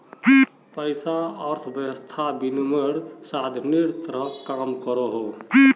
पैसा अर्थवैवस्थात विनिमयेर साधानेर तरह काम करोहो